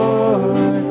Lord